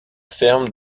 ferme